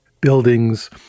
buildings